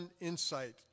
insight